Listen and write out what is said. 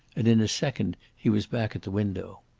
and in a second he was back at the window.